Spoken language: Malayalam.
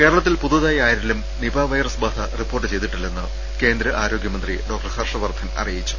കേരളത്തിൽ പുതുതായി ആരിലും നിപ വൈറസ് ബാധ റിപ്പോർട്ട് ചെയ്തിട്ടില്ലെന്ന് കേന്ദ്ര ആരോഗ്യമന്ത്രി ഡോക്ടർ ഹർഷ് വർദ്ധൻ അറിയി ച്ചു